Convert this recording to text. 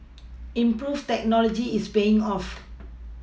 improved technology is paying off